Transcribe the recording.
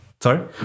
Sorry